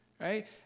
right